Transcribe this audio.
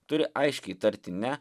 turi aiškiai tarti ne